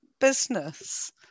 business